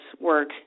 work